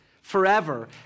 forever